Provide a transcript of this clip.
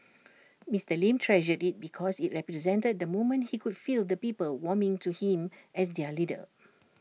Mister lee treasured IT because IT represented the moment he could feel the people warming to him as their leader